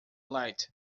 light